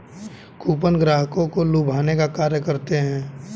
coupon ग्राहकों को लुभाने का कार्य करते हैं